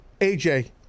AJ